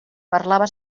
parlava